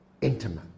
intimate